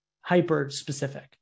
hyper-specific